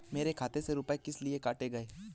मेरे खाते से रुपय किस लिए काटे गए हैं?